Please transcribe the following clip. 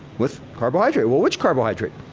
with carbohydrate. well, which carbohydrate?